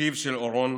אחיו של אורון.